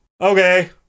okay